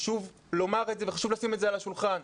חשוב לומר את זה וחשוב לשים את זה על השולחן.